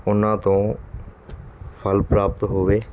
ਉਨ੍ਹਾਂ ਤੋਂ ਫਲ ਪ੍ਰਾਪਤ ਹੋਵੇ